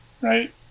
right